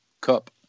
cup